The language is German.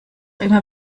immer